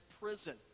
prison